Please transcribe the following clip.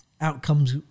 outcomes